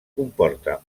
comporta